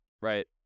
right